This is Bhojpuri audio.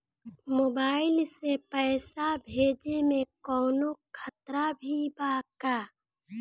मोबाइल से पैसा भेजे मे कौनों खतरा भी बा का?